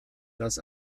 das